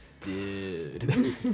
Dude